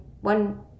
one